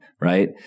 right